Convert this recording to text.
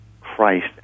Christ